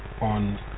on